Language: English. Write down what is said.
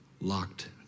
locked